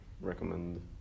recommend